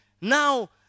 Now